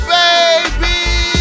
baby